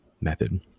method